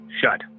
shut